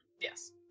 Yes